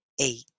eight